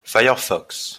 firefox